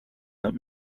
that